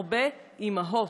הרבה אימהות.